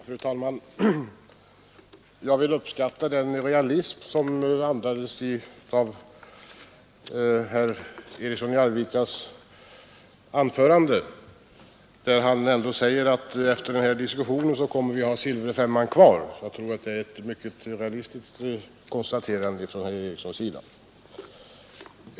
Fru talman! Jag uppskattar den realism som herr Eriksson i Arvika andades i sitt anförande. Han sade ju att efter den här diskussionen kommer vi att ha silverfemman kvar, och jag tror att det är ett mycket verklighetsnära konstaterande av herr Eriksson.